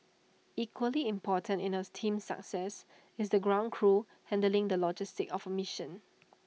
equally important in as team's success is the ground crew handling of the logistics of A mission